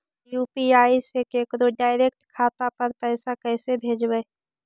UPI से केकरो direct खाता पर पैसा कैसे भेजबै?